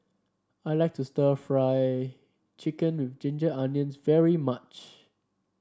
I like to stir Fry Chicken with Ginger Onions very much